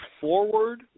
forward